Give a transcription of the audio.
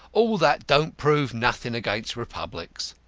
all that don't prove nothing against republics.